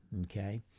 okay